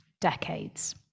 decades